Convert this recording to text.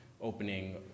opening